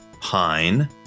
pine